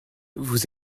vous